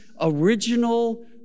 original